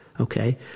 okay